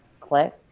Click